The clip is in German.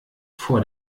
vor